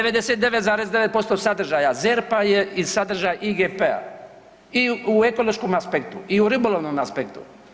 99,9% sadržaja ZERP-a je i sadržaj IGP-a i u ekološkom aspektu i u ribolovnom aspektu.